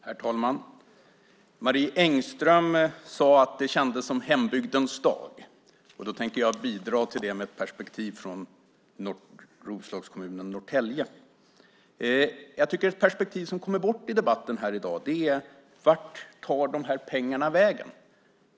Herr talman! Marie Engström sade att det i dag här känns som hembygdens dag. Jag tänker bidra med ett perspektiv från Roslagskommunen Norrtälje. Ett perspektiv som jag tycker kommer bort i debatten här i dag är vart dessa pengar tar vägen.